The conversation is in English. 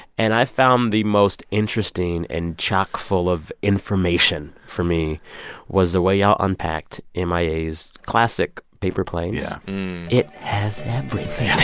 and i found the most interesting and chock full of information for me was the way y'all unpacked m i a s classic paper planes. yeah it has everything